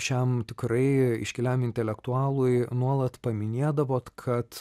šiam tikrai iškiliam intelektualui nuolat paminėdavot kad